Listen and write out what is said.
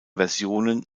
versionen